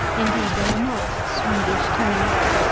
indeed, they are not swedish turnips,